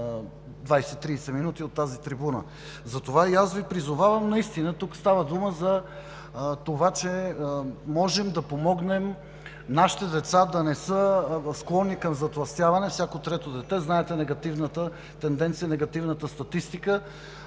20 – 30 минути от тази трибуна. И аз Ви призовавам, наистина. Тук става дума за това, че можем да помогнем на нашите деца да не са склонни към затлъстяване – всяко трето дете, знаете негативната тенденция, негативната статистика.